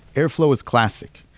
airflow is classic.